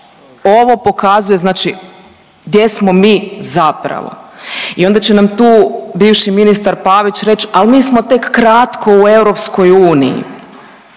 Ovo pokazuje znači gdje smo mi zapravo i onda će nam tu bivši ministar Pavić reći, ali mi smo tek kratko u EU, pa mi